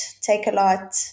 Take-A-Lot